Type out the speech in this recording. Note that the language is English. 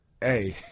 Hey